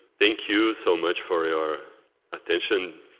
thank you so much for your attention.